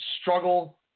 struggle